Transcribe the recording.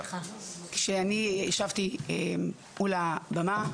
כשאני ישבתי מול הבמה,